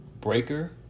Breaker